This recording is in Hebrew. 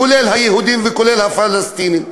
כולל היהודים וכולל הפלסטינים.